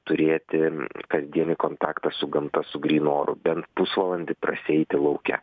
turėti kasdienį kontaktą su gamta su grynu oru bent pusvalandį prasieiti lauke